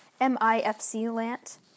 MIFC-LANT